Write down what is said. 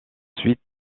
suite